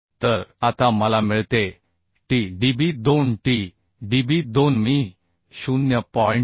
तर आता मला मिळते T db 2 T db 2 मी 0